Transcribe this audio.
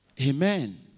Amen